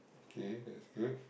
okay that's good